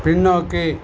பின்னோக்கி